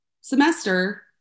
semester